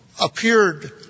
appeared